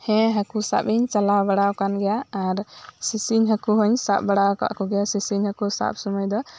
ᱦᱮᱸ ᱦᱟ ᱠᱩ ᱥᱟᱵ ᱤᱧ ᱪᱟᱞᱟᱣ ᱵᱟᱲᱟᱣ ᱟᱠᱟᱱ ᱜᱮᱭᱟ ᱟᱨ ᱥᱤᱥᱤᱧ ᱦᱟ ᱠᱩ ᱦᱚᱧ ᱥᱟᱵ ᱵᱟᱲᱟ ᱟᱠᱟᱫ ᱠᱩᱜᱮᱭᱟ ᱥᱤᱥᱤᱧ ᱦᱟ ᱠᱩ ᱥᱟᱵ ᱥᱚᱢᱚᱭ ᱫᱚ